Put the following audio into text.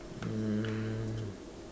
um